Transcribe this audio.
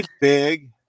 big